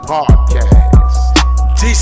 Podcast